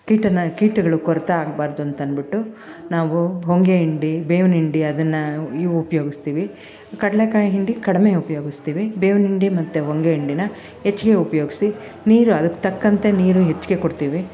ಕೀಟನಾ ಕೀಟಗಳ ಕೊರತೆ ಆಗಬಾರ್ದು ಅಂತಂದ್ಬಿಟ್ಟು ನಾವು ಹೊಂಗೆ ಹಿಂಡಿ ಬೇವಿನ ಹಿಂಡಿ ಅದನ್ನು ಯು ಉಪ್ಯೋಗಿಸ್ತೀವಿ ಕಡ್ಲೆಕಾಯಿ ಹಿಂಡಿ ಕಡಿಮೆ ಉಪ್ಯೋಗಿಸ್ತೀವಿ ಬೇವಿನ ಹಿಂಡಿ ಮತ್ತು ಹೊಂಗೆ ಹಿಂಡಿನ ಹೆಚ್ಚಿಗೆ ಉಪಯೋಗಿಸಿ ನೀರು ಅದಕ್ಕೆ ತಕ್ಕಂತೆ ನೀರು ಹೆಚ್ಚಿಗೆ ಕೊಡ್ತೀವಿ